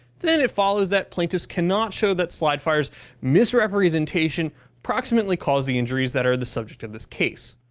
then it follows that plaintiffs cannot show that slide fire's misrepresentation proximately caused the injuries that are the subject of this case.